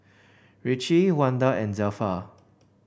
Richie Wanda and Zelpha